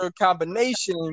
combination